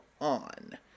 On